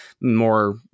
more